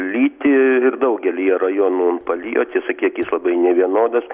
lyti ir daugelyje rajonų palijo tiesa kiekis labai nevienodas